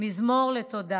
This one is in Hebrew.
"מזמור לתודה